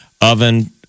oven